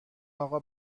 آقا